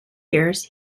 years